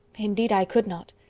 indeed, i could not.